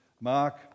Mark